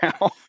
now